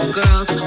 girls